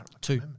Two